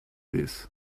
this